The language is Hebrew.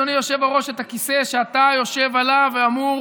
אדוני היושב-ראש, את הכיסא שאתה יושב עליו ואמור